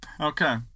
Okay